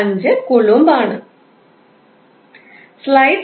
5 coulomb ആണ്